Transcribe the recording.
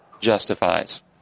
justifies